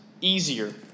easier